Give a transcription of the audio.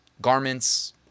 garments